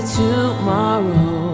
tomorrow